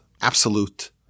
absolute